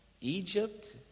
Egypt